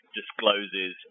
discloses